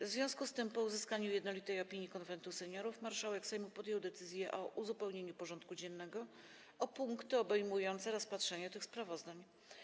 W związku z tym, po uzyskaniu jednolitej opinii Konwentu Seniorów, marszałek Sejmu podjął decyzję o uzupełnieniu porządku dziennego o punkty obejmujące rozpatrzenie tych sprawozdań.